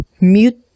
mute